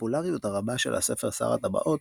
הפופולריות הרבה של הספר "שר הטבעות"